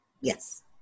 yes